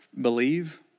Believe